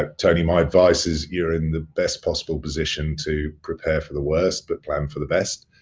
ah tony, my advice is you're in the best possible position to prepare for the worst but plan for the best.